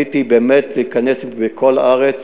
והתוכנית היא באמת להיכנס בכל הארץ,